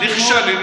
נכשלים,